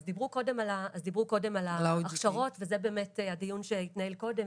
אז דיברו קודם על ההכשרות וזה באמת הדיון שהתנהל קודם,